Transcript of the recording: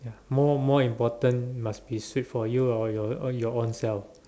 more more important must be strict for you or your or your own self